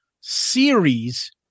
series